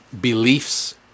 beliefs